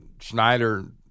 Schneider